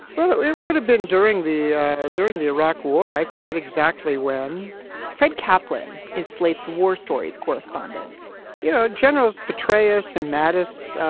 well, it would have been during the during the iraq war, i forget exactly when fred kaplan is slate's war stories correspondent you know, generals petraeus and mattis,